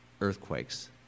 earthquakes